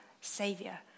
savior